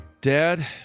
Dad